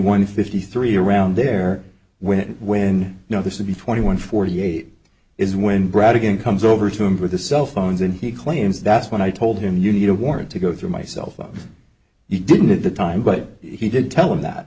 one fifty three around there when it when you know this to be twenty one forty eight is when brad again comes over to him for the cell phones and he claims that's when i told him you need a warrant to go through my cell phone he didn't at the time but he did tell him that